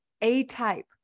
A-type